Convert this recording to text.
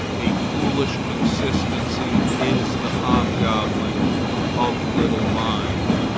a foolish consistency is the hobgoblin of little minds,